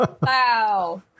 wow